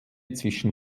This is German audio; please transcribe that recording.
zwischen